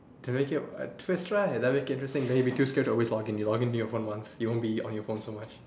to make you a twist right that would be interesting then you would be too scared to always log in you log in to your phone once you won't be on your phone so much